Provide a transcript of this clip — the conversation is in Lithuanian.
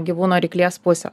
gyvūno ryklės pusę